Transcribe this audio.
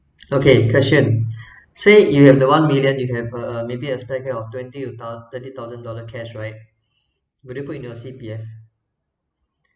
okay question say you have the one million you have uh maybe a spare cash of twenty or thou~ thirty thousand dollar cash right would you put in your C_P_F